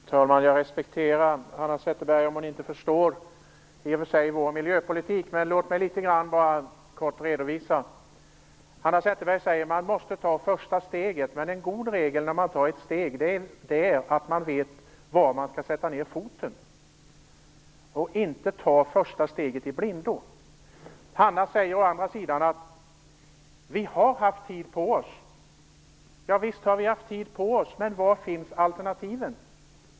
Fru talman! Jag respekterar Hanna Zetterberg, även om hon i och för sig inte förstår vår miljöpolitik. Låt mig litet grand kort redovisa den. Hanna Zetterberg säger: Man måste ta första steget. En god regel när man tar ett steg är att man vet var man skall sätta ned foten och inte tar första steget i blindo. Hanna Zetterberg säger å andra sidan att vi har haft tid på oss. Visst har vi haft tid på oss. Men var finns alternativen?